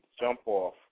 jump-off